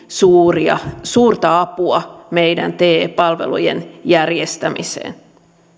suurta apua meidän te palvelujen järjestämiseen